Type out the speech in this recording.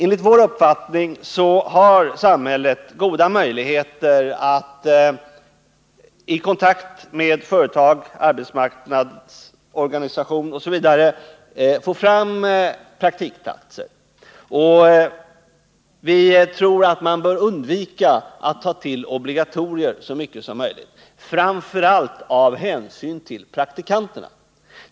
Enligt vår uppfattning har samhället goda möjligheter att i kontakt med företag, arbetsmarknadsorganisationer osv. få fram praktikplatser. Vi tror att man i så stor utsträckning som möjligt bör undvika att ta till obligatorier — framför allt av hänsyn till praktikanterna.